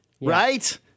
right